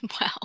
Wow